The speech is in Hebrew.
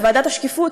לוועדת השקיפות,